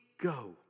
go